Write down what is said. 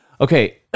Okay